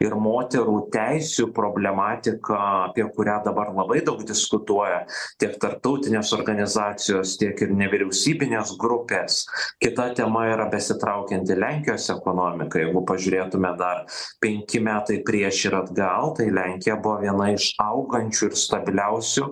ir moterų teisių problematika apie kurią dabar labai daug diskutuoja tiek tarptautinės organizacijos tiek ir nevyriausybinės grupės kita tema yra besitraukianti lenkijos ekonomika jeigu pažiūrėtume dar penki metai prieš ir atgal tai lenkija buvo viena iš augančių ir stabiliausių